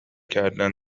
کردن